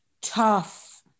tough